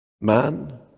man